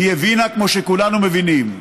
היא הבינה כמו שכולנו מבינים: